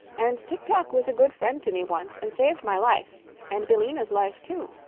and tik-tok was a good friend to me once, and saved my life and billina's life, too.